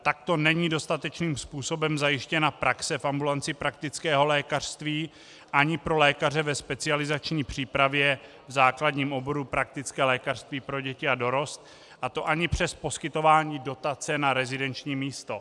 Takto není dostatečným způsobem zajištěna praxe v ambulanci praktického lékařství ani pro lékaře ve specializační přípravě v základním oboru praktické lékařství pro děti a dorost, a to ani přes poskytování dotace na rezidenční místo.